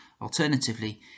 Alternatively